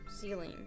ceiling